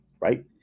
right